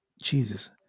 Jesus